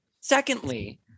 secondly